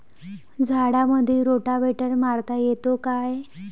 झाडामंदी रोटावेटर मारता येतो काय?